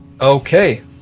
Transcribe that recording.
Okay